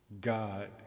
God